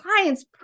clients